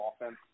offense